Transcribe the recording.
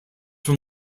from